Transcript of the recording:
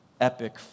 epic